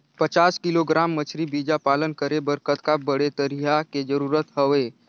पचास किलोग्राम मछरी बीजा पालन करे बर कतका बड़े तरिया के जरूरत हवय?